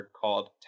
called